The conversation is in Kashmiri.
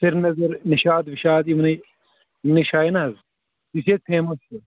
سرینَگر نِشاط وِشاط یِمنٕے جایَن حظ یُس ییٚتہِ فَیمَس چھُ